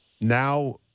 now